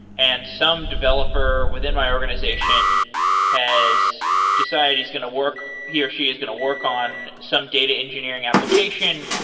and some developer within my organization has decided he's going to work he or she is going to work on some data engineering application.